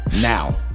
now